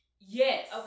yes